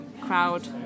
crowd